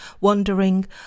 wondering